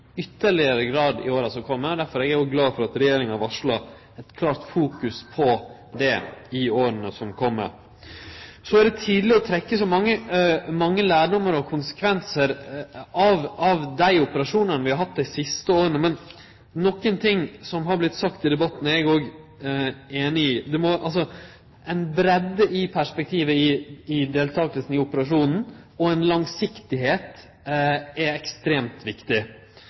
ytterlegare grad i åra som kjem. Derfor er eg òg glad for at regjeringa varslar eit klart fokus på det i åra som kjem. Så er det tidleg å trekkje mange lærdomar og konsekvensar av dei operasjonane vi har hatt dei siste åra, men noko som har vorte sagt i debatten, er eg òg einig i: Det må ei breidd til i perspektivet på deltakinga i operasjonen, og ei langsiktigheit er ekstremt viktig.